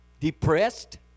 Depressed